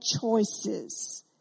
choices